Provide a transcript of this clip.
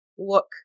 Look